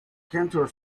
cantor